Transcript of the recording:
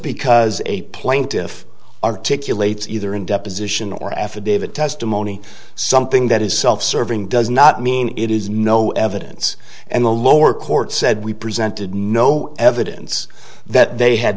because a plaintiff articulate either in deposition or affidavit testimony something that is self serving does not mean it is no evidence and the lower court said we presented no evidence that they had